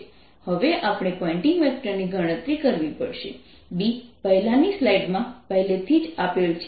હવે આપણે Poynting vector ની ગણતરી કરવી પડશે B પહેલાની સ્લાઇડમાં પહેલેથી જ આપેલ છે